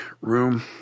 room